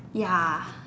ya